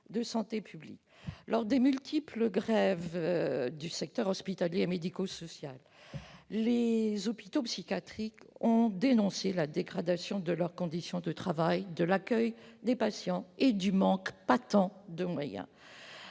de santé publique ! Lors des multiples grèves du secteur hospitalier et médico-social, les hôpitaux psychiatriques ont dénoncé la dégradation de leurs conditions de travail et de l'accueil des patients, ainsi que le manque patent de moyens.